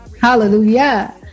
Hallelujah